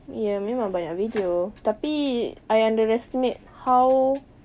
ya memang banyak video tetapi I underestimate how